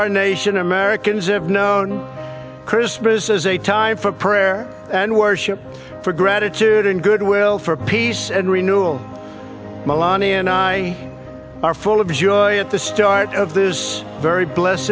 our nation americans have known christmas as a time for prayer and worship for gratitude and goodwill for peace and renewable malani and i are full of joy at the start of this very blessed